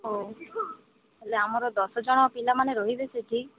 ଓଃ ତାହେଲେ ଆମର ଦଶଜଣ ପିଲାମାନେ ରହିବେ ସେଠି